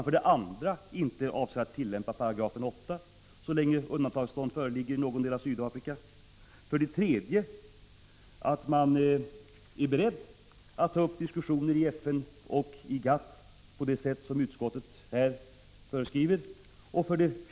Avser regeringen att inte tillämpa 8 § i Sydafrikalagen så länge undantagstillstånd råder i någon del av Sydafrika? 3. Är regeringen beredd att ta upp diskussioner i FN och GATT på det sätt som utskottet här föreskriver? 4.